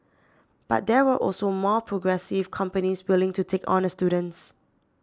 but there were also more progressive companies willing to take on the students